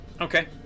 okay